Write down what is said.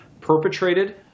perpetrated